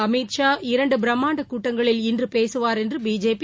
அமித்ஷா இரண்டு பிரம்மாண்ட கூட்டங்களில் இன்று பேசுவார் என்று பிஜேபி